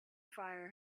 fire